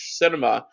cinema